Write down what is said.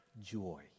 joy